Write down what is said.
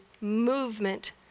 movement